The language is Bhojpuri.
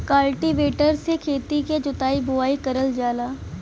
कल्टीवेटर से खेती क जोताई बोवाई करल जाला